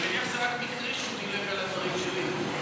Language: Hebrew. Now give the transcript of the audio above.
אני מניח שזה רק מקרי שהוא דילג על הדברים שלי,